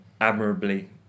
admirably